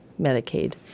Medicaid